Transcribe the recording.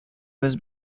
was